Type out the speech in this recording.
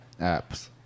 apps